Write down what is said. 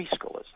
preschoolers